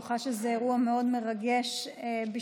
אני בטוחה שזה אירוע מאוד מרגש בשבילך